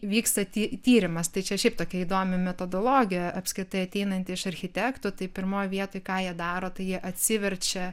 vyksta ty tyrimas tai čia šiaip tokia įdomi metodologija apskritai ateinanti iš architektų tai pirmoj vietoj ką jie daro tai jie atsiverčia